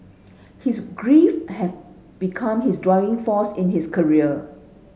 his grief have become his driving force in his career